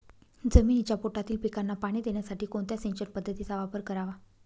जमिनीच्या पोटातील पिकांना पाणी देण्यासाठी कोणत्या सिंचन पद्धतीचा वापर करावा?